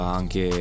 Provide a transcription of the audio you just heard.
anche